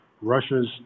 Russia's